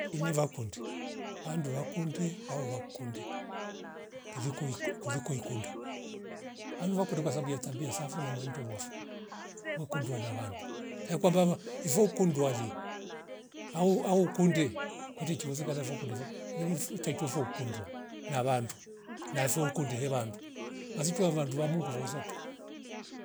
Iniva kundi pandu wakunde au vakundi kuliko ikwi kuliko ikunda anivu vakundi kundwi kwasabu ya tabia safo na mwendo wafo wekundwa na vandu yakwambava ivo ukundwa li au- aukunde kwete tchwiwozeka navo kunde vo ili vifu taitichwa fo kundwa na vandu nafuulu kunde hevandu mazishwa vandu wa mungu voosapio